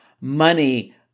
money